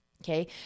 Okay